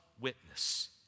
witness